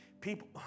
People